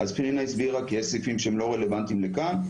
פנינה הסבירה כי יש סעיפים שהם לא רלוונטיים לכאן,